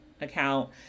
account